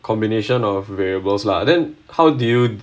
combination of variables lah then how do you